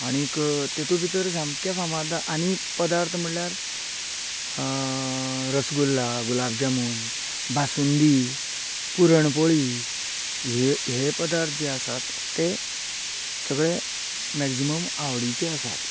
आनीक तितू भितर सामकें फामाद हा आनी पदार्थ म्हळ्यार रसगुल्ला गुलाब जामून बासूंदी पुरण पोळी ये हे पदार्थ जे आसा तें सगळे मेक्जीमम आवडीचे आसात